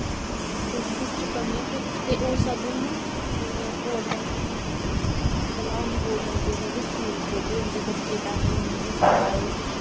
कुछ कुछ च कमियां ते ओह् सब हून गौरमैंट गी गै दिक्खना चाहिदा भला गौरमैंट उ'नेंगी स्कूल खोह्ल्ले उं'दे बच्चें तांईं उ'नेंगी सखाए